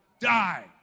die